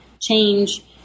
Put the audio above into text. change